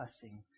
cussing